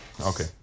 Okay